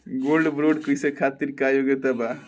Gold bond करे खातिर का योग्यता बा?